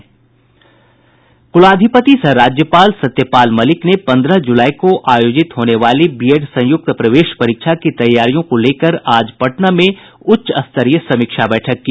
कुलाधिपति सह राज्यपाल सत्यपाल मलिक ने पन्द्रह जुलाई को आयोजित होने वाली बीएड संयुक्त प्रवेश परीक्षा की तैयारियों को लेकर आज पटना में उच्च स्तरीय समीक्षा बैठक की